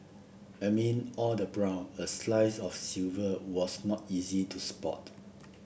amid all the brown a slice of silver was not easy to spot